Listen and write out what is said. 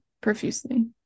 profusely